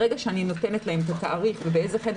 ברגע שאני נותנת להם את התאריך ובאיזה חדר